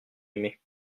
aimé